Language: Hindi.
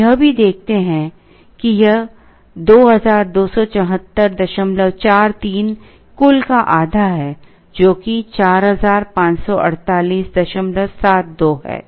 हम यह भी देखते हैं कि यह 227443 कुल का आधा है जो कि 454872 है